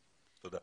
תודה.